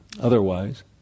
otherwise